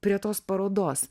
prie tos parodos